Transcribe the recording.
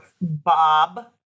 Bob